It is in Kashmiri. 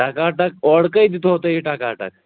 ٹکاٹک اورٕ کٔہۍ دیُت ہو تۄہہِ یہِ ٹکاٹک